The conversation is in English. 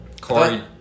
Corey